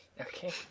Okay